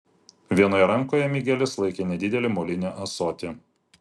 vienoje rankoje migelis laikė nedidelį molinį ąsotį